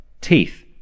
teeth